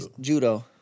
judo